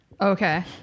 Okay